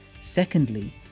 Secondly